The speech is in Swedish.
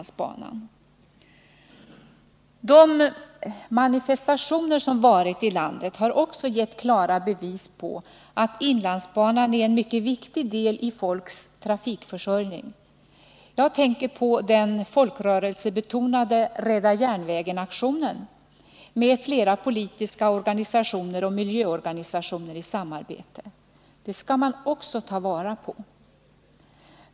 De manifestationer som företagits i landet har också gett klara bevis för att inlandsbanan är en mycket viktig del i folks trafikförsörjning. Jag tänker på den folkrörelsebetonade ”Rädda-järnvägen-aktionen” med flera politiska organisationer och miljöorganisationer i samarbete. Det skall man också ta vara på.